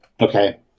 Okay